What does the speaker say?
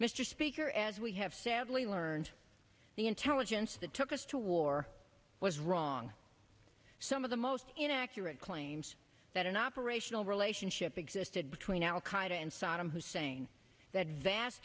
mr speaker as we have sadly learned the intelligence that took us to war was wrong some of the most inaccurate claims that an operational relationship existed between al qaida and saddam hussein that vast